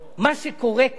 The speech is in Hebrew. יש שאלה יסודית,